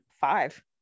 five